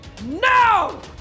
No